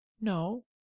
No